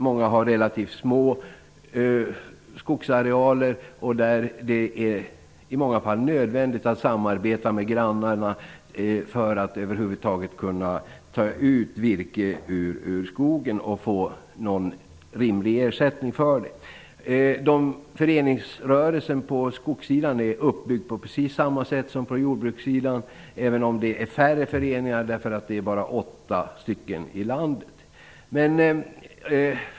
Många har relativt små skogsarealer, och det är i många fall nödvändigt att samarbeta med grannarna för att över huvud taget kunna ta ut virke ur skogen och få någon rimlig ersättning för det. Föreningsrörelsen på skogssidan är uppbyggd på precis samma sätt som inom jordbruket, även om det är färre föreningar, bara åtta stycken i landet.